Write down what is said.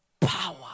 power